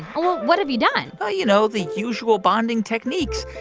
hmm, well, what have you done? oh, you know, the usual bonding techniques.